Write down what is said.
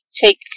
take